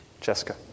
Jessica